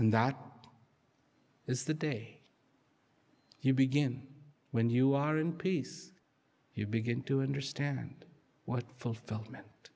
and that is the day you begin when you are in peace you begin to understand what fulfillment